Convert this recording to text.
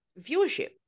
viewership